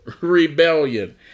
Rebellion